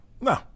no